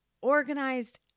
organized